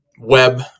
web